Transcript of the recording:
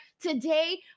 today